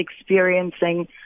experiencing